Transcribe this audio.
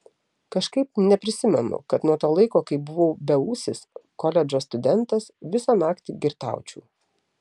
kažkaip neprisimenu kad nuo to laiko kai buvau beūsis koledžo studentas visą naktį girtaučiau